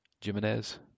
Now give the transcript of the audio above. Jimenez